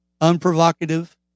unprovocative